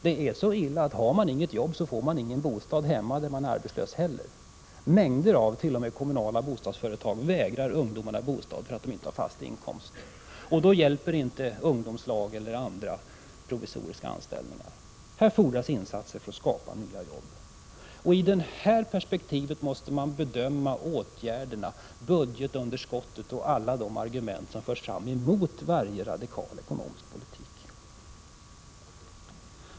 Det är så illa att den som inte har något jobb inte heller får någon bostad i hemorten. Mängder av kommunala bostadsföretag vägrar ungdomar bostad därför att de inte har fast inkomst. Då hjälper inte ungdomslag eller andra provisoriska anställningar. Här fordras insatser för att skapa nya jobb. I detta perspektiv måste man bedöma de åtgärder som skall vidtas, budgetunderskottet och alla de argument som förs fram emot varje radikal ekonomisk politik.